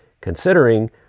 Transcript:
considering